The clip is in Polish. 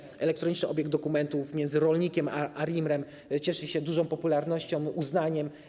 Natomiast elektroniczny obieg dokumentów między rolnikiem a ARiMR-em cieszy się dużą popularnością, uznaniem.